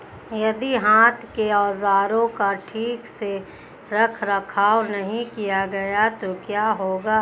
यदि हाथ के औजारों का ठीक से रखरखाव नहीं किया गया तो क्या होगा?